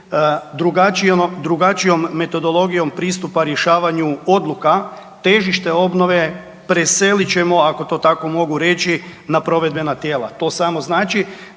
drugačijom metodologijom pristupa rješavanju odluka, težište obnove preselit ćemo, ako to tako mogu reći, na provedbena tijela. To samo znači